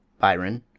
byron,